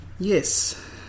yes